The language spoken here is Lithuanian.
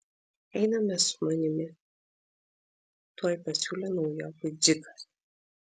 einame su manimi tuoj pasiūlė naujokui dzikas